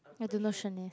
I don't know Shanace